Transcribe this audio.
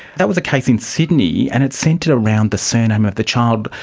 that was a case in sydney, and it centred around the surname of the child.